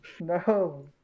No